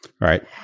Right